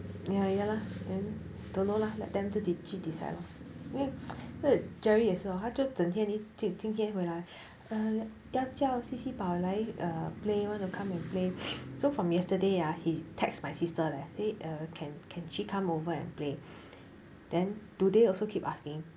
ya ya lah then don't know lah let them to 自己去 decide lor 因为 jerry 也是 hor 他就整天一进今天回来要叫 qi qi 抱来 err play want to come and play so from yesterday ah he text my sister leh say err can can she come over and play then today also keep asking